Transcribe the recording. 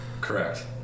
Correct